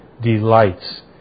delights